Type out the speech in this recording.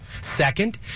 Second